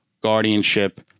guardianship